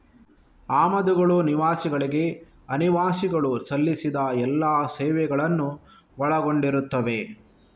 ಆಮದುಗಳು ನಿವಾಸಿಗಳಿಗೆ ಅನಿವಾಸಿಗಳು ಸಲ್ಲಿಸಿದ ಎಲ್ಲಾ ಸೇವೆಗಳನ್ನು ಒಳಗೊಂಡಿರುತ್ತವೆ